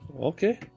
Okay